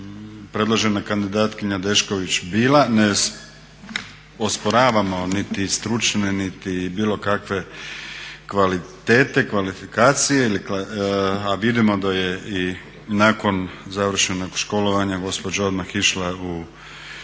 predložena kandidatkinja Dešković bila. Ne osporavamo niti stručne, niti bilo kakve kvalitete, kvalifikacije a vidimo da je i nakon završenog školovanja gospođa odmah išla u